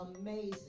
amazing